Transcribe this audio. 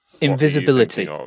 invisibility